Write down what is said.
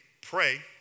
pray